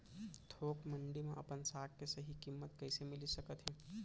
थोक मंडी में अपन साग के सही किम्मत कइसे मिलिस सकत हे?